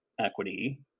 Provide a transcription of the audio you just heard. equity